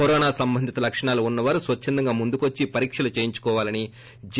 corona సంబంధిత లక్షణాలు ఉన్న వారు స్వచ్చందంగా ముందుకు వచ్చి పరీక్షలు చేయిచుకోవాలని జె